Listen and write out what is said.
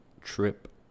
trip